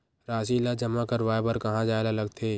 राशि ला जमा करवाय बर कहां जाए ला लगथे